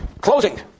closing